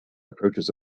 approaches